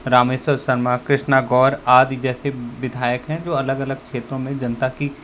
रामेश्वर शर्मा कृष्णा गौर आदि जैसे विधायक हैं जो अलग अलग क्षेत्रों में जनता की